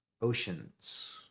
Oceans